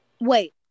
Wait